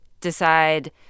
decide